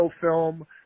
film